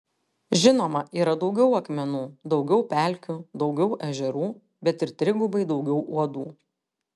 žinoma yra daugiau akmenų daugiau pelkių daugiau ežerų bet ir trigubai daugiau uodų